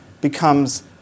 becomes